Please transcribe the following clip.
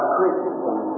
Christian